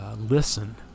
Listen